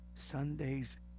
Sunday's